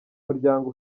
muryango